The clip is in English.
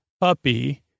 Puppy